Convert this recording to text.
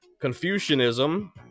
Confucianism